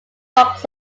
box